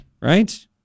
right